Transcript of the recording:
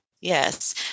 Yes